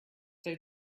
they